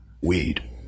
weed